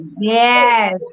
Yes